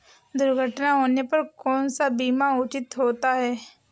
दुर्घटना होने पर कौन सा बीमा उचित होता है?